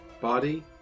Body